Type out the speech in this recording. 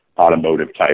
automotive-type